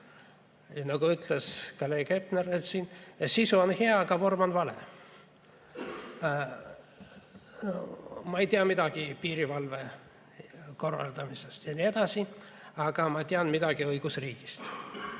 Nagu ütles kolleeg Hepner, siin sisu on hea, aga vorm on vale. Ma ei tea midagi piirivalve korraldamisest ja nii edasi, aga ma tean midagi õigusriigist.